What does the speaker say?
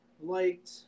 liked